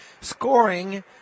scoring